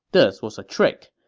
this was a trick.